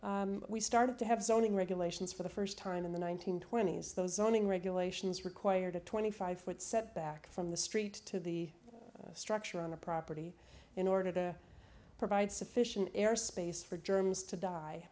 we started to have zoning regulations for the first time in the one nine hundred twenty s those zoning regulations require the twenty five foot set back from the street to the structure on the property in order to provide sufficient air space for germs to die